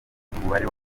umubare